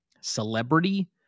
celebrity